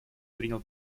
принял